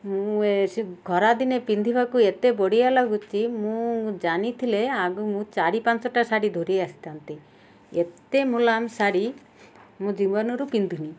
ମୁଁ ସେ ଖରାଦିନେ ପିନ୍ଧିବାକୁ ଏତେ ବଢ଼ିଆ ଲାଗୁଛି ମୁଁ ଜାଣିଥିଲେ ଆଗ ମୁଁ ଚାରି ପାଞ୍ଚଟା ଶାଢ଼ୀ ଧରି ଆସିଥାନ୍ତି ଏତେ ମୁଲାୟମ ଶାଢ଼ୀ ମୋ ଜୀବନରେ ପିନ୍ଧିନି